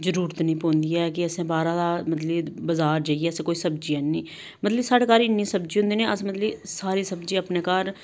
जरूरत नेईं पोंदी ऐ कि असें बाह्रा दा मतलब कि बजार जाइयै असें कोई सब्जी आह्ननी मतलब साढ़े घर इन्नी सब्जी होंदी न अस मतलब कि सारी सब्जी अपने घर